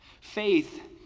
Faith